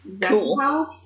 Cool